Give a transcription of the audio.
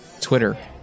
Twitter